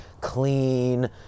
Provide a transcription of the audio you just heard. clean